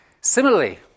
Similarly